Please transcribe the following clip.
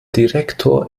direktor